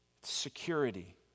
Security